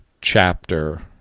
chapter